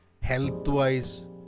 health-wise